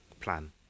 plan